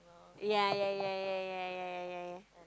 ya ya ya ya ya ya ya ya